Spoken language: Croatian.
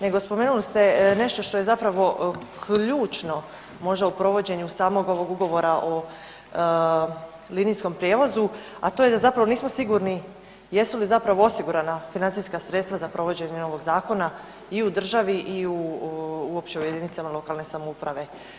Nego spomenuli ste nešto što je zapravo ključno možda u provođenju samog ovog ugovora o linijskom prijevozu, da to je da nismo sigurni jesu li osigurana financijska sredstva za provođenje ovog zakona i u državi i uopće u jedinicama lokalne samouprave.